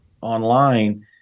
online